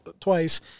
twice